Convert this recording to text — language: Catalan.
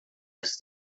els